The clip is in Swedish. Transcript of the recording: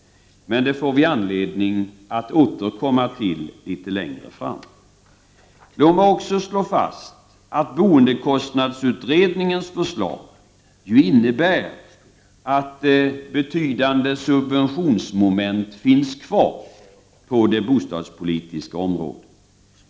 Men det får vi anledning att återkomma till litet längre fram. Låt mig vidare slå fast att boendekostnadsutredningens förslag ju innebär att betydande subventionsmoment finns kvar på det bostadspolitiska området.